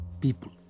people